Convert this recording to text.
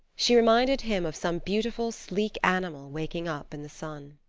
she reminded him of some beautiful, sleek animal waking up in the sun.